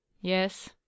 Yes